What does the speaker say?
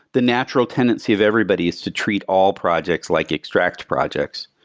the natural tendency of everybody is to treat all projects, like extract projects.